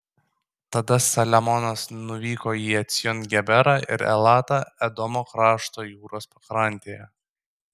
tada saliamonas nuvyko į ecjon geberą ir elatą edomo krašto jūros pakrantėje